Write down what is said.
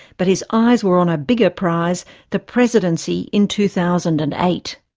but his eyes were on a bigger prize the presidency in two thousand and eight.